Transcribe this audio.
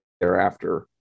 thereafter